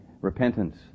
repentance